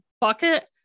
bucket